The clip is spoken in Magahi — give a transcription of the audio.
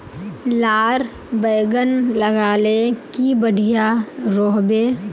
लार बैगन लगाले की बढ़िया रोहबे?